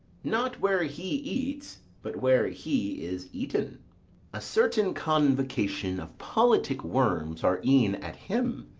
not where he eats, but where he is eaten a certain convocation of politic worms are e'en at him.